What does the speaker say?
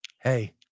hey